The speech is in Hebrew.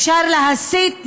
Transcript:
אפשר להסית נגדו,